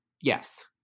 yes